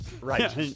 Right